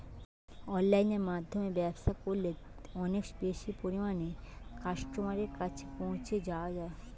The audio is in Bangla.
অনলাইনের মাধ্যমে ব্যবসা করলে অনেক বেশি পরিমাণে কাস্টমারের কাছে পৌঁছে যাওয়া যায়?